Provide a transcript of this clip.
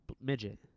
Midget